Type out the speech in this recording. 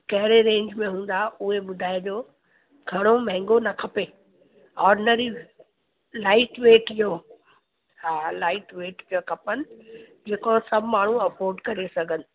कहिड़े रेंज में हूंदा उहे ॿुधाइजो घणो महांगो न खपे ऑडनरी लाइट वेट जो हा लाइट वेट जा खपनि जेको सभु माण्हू अफ़ॉड करे सघनि